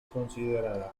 considerada